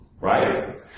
Right